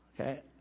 Okay